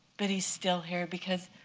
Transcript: but he's still here because,